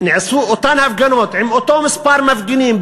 נעשו אותן הפגנות עם אותו מספר מפגינים,